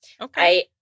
Okay